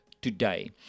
Today